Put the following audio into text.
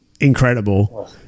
incredible